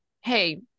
hey